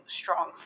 strong